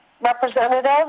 representative